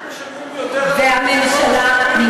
אנשים משלמים יותר על ביטוחים משלימים,